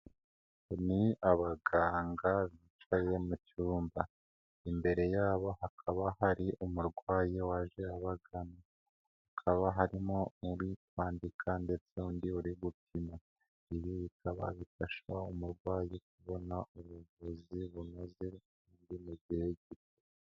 Ni abaganga bicaye mu cyumba, imbere yabo hakaba hari umurwayi waje abagana, hakaba harimo uri kwandika ndetse undi uri gupima, ibi bikaba bifasha umurwayi kubona ubuvuzi bunoze buri gihe.